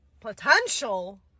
Potential